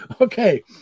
okay